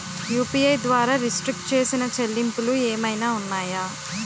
UPI ద్వారా restrict చేసిన చెల్లింపులు ఏమైనా ఉన్నాయా?